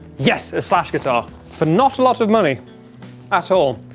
yes a slash guitar for not a lot of money at all.